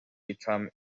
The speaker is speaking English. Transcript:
become